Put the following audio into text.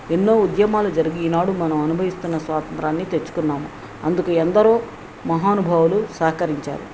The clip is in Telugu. ఎన్నో ఉద్యమాలు జరిగి ఈనాడు మనం అనుభవిస్తున్న స్వాతంత్రాన్ని తెచ్చుకున్నాము అందుకు ఎందరో మహానుభావులు సహకరించారు